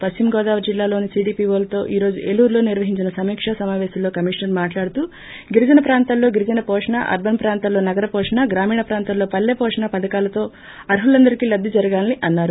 పశ్చిమ గోదావరి జిల్హలోని సీడీపీలతో ఈ రోజు ఏలూరులో నిర్వహించిన సమీకా సమాపేశంలో కమీషనర్ మాట్లాడుతూ గిరిజన ప్రాంతాలలో గిరిజన పోషణ అర్బన్ ప్రాంతాలలో నగర పోషణ గ్రామీణ ప్రాంతాల్లో పల్లె పోషణ పధకాలతో అర్ఖులందరికీ లబ్లి జరగాలని అన్నారు